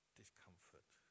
discomfort